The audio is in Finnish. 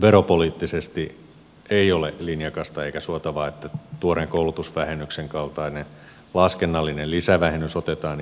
veropoliittisesti ei ole linjakasta eikä suotavaa että tuoreen koulutusvähennyksen kaltainen laskennallinen lisävähennys otetaan